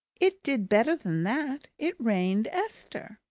it did better than that. it rained esther.